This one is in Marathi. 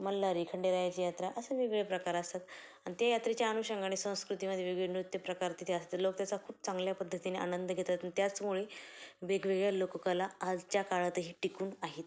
मल्हारी खंडेरायाची यात्रा असे वेगवेगळे प्रकार असतात आणि त्या यात्रेच्या अनुषंगाने आणि संस्कृतीमध्ये वेगळे नृत्यप्रकार तिथे असतात लोक त्याचा खूप चांगल्या पद्धतीने आनंद घेतात आणि त्याचमुळे वेगवेगळ्या लोककला आजच्या काळातही टिकून आहेत